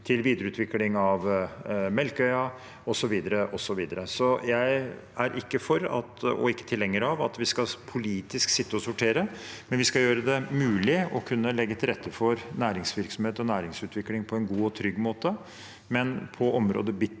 til videreutvikling av Melkøya osv. Jeg er ikke for og ikke tilhenger av at vi politisk skal sitte og sortere, men vi skal gjøre det mulig å kunne legge til rette for næringsvirksomhet og næringsutvikling på en god og trygg måte. På området «bitcoin